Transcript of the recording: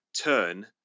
turn